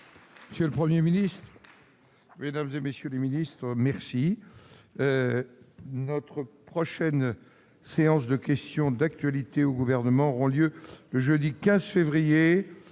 Si le 1er Ministre Mesdames et messieurs les Ministres, merci notre prochaine séance de questions d'actualité au gouvernement auront lieu le jeudi 15 février